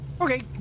Okay